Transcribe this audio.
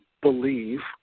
believe